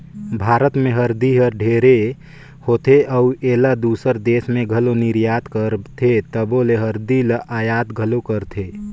भारत में हरदी ढेरे होथे अउ एला दूसर देस में घलो निरयात करथे तबो ले हरदी ल अयात घलो करथें